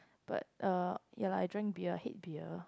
but uh ya lah I drink beer I hate beer